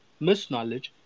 misknowledge